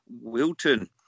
Wilton